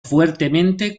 fuertemente